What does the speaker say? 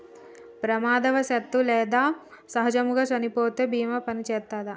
ప్రమాదవశాత్తు లేదా సహజముగా చనిపోతే బీమా పనిచేత్తదా?